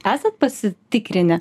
esat pasitikrinę